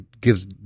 gives